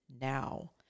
now